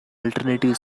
alternative